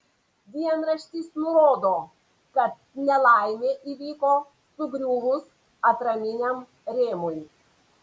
dienraštis nurodo kad nelaimė įvyko sugriuvus atraminiam rėmui